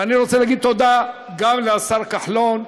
ואני רוצה להגיד לתודה גם לשר כחלון,